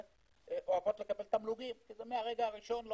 אוהבות לקבל תמלוגים כי זה מהרגע הראשון.